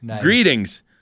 Greetings